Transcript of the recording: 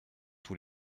tous